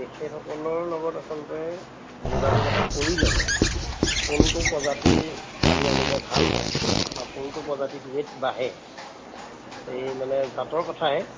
তেখেতসকলৰ লগত আচলতে যোগাযোগ এটা কৰি ল'লে কোনটো প্ৰজাতিৰ পোৱালি আনিলে ভাল হয় আৰু কোনটো প্ৰজাতিটোৰ ৱে'ট বাঢ়ে এই মানে জাতৰ কথাই